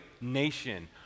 nation